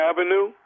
Avenue